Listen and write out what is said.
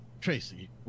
Tracy